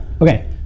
Okay